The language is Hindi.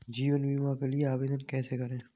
जीवन बीमा के लिए आवेदन कैसे करें?